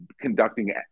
conducting